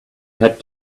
had